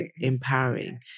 empowering